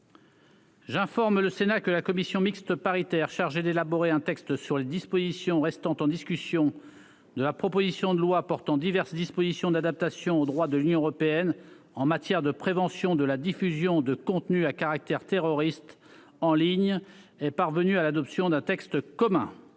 J'informe le Sénat que la commission mixte paritaire chargée d'élaborer un texte sur les dispositions restant en discussion de la proposition de loi portant diverses dispositions d'adaptation au droit de l'Union européenne en matière de prévention de la diffusion de contenus à caractère terroriste en ligne est parvenu à l'adoption d'un texte commun.